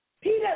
Peter